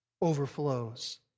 overflows